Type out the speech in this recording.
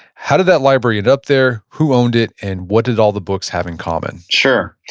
how did that library end up there, who owned it, and what did all the books have in common? sure.